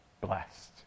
blessed